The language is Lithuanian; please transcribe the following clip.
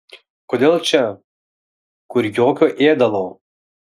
kodėl čia kur jokio ėdalo